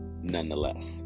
nonetheless